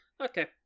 Okay